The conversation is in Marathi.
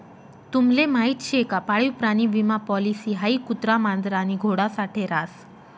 तुम्हले माहीत शे का पाळीव प्राणी विमा पॉलिसी हाई कुत्रा, मांजर आणि घोडा साठे रास